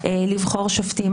וידעו מיד לחוות את דעתם.